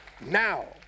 Now